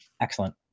excellent